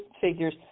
figures